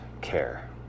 care